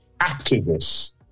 activists